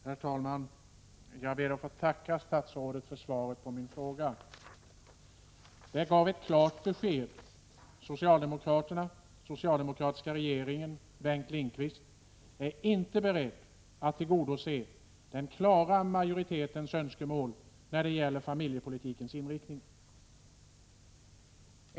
Herr talman! Jag ber att få tacka statsrådet för svaret på min fråga. Det var ett klart besked. Socialdemokraterna, socialdemokratiska regeringen och Bengt Lindqvist är inte beredda att tillgodose den klara majoritetens önskemål när det gäller familjepolitikens inriktning.